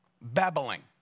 babbling